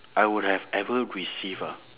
I would have ever receive ah